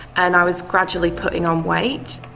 and i was gradually putting on weight.